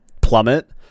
plummet